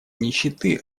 нищеты